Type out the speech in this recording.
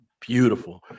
Beautiful